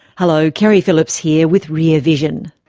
hello, keri phillips here with rear vision.